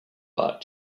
bark